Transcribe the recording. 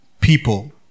people